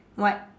what